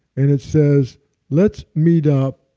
and it says let's meet up,